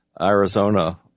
Arizona